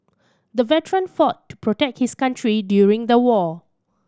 the veteran fought to protect his country during the war